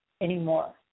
anymore